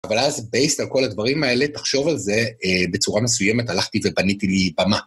אבל אז, בייס על כל הדברים האלה, תחשוב על זה בצורה מסוימת. הלכתי ופניתי לי במה.